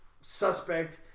suspect